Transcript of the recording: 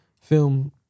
film